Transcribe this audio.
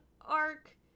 arc